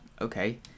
Okay